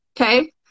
Okay